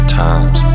times